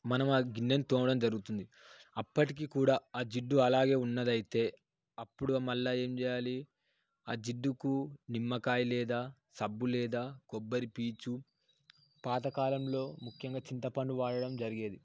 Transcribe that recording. మనం ఆ గిన్నెని తోమడం జరుగుతుంది అప్పటికి కూడా ఆ జిడ్డు అలాగే ఉన్నదైతే అప్పుడు మళ్ళీ ఏం చేయాలి అ జిడ్డుకు నిమ్మకాయ లేదా సబ్బు లేదా కొబ్బరి పీచు పాతకాలంలో ముఖ్యంగా చింతపండు వాడటం జరిగేది